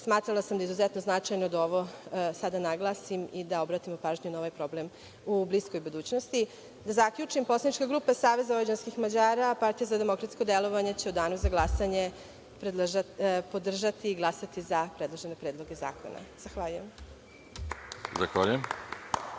Smatrala sam da je izuzetno značajno da ovo sada naglasim i da obratimo pažnju na ovaj problem u bliskoj budućnosti. Da zaključim, poslanička grupa SVM, Partija za demokratske delovanje će u danu za glasanje podržati i glasati za predložene predloge zakona. Zahvaljujem.